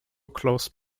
close